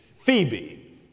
Phoebe